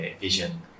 vision